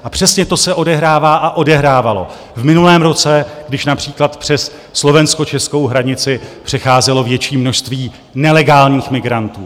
A přesně to se odehrává a odehrávalo v minulém roce, když například přes slovenskočeskou hranici přecházelo větší množství nelegálních migrantů.